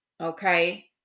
okay